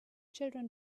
children